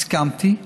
הסכמתי,